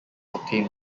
obtain